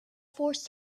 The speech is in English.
forced